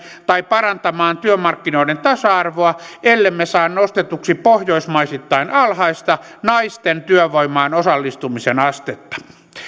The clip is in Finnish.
tai parantamaan työmarkkinoiden tasa arvoa ellemme saa nostetuksi pohjoismaisittain alhaista naisten työvoimaan osallistumisen astetta